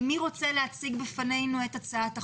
מי יציג בפנינו את הצעת החוק?